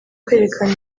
kwerekana